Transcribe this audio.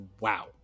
wow